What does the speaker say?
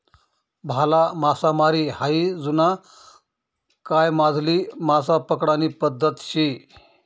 भाला मासामारी हायी जुना कायमाधली मासा पकडानी पद्धत शे